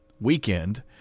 Weekend